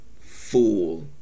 fool